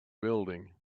building